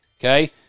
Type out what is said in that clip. Okay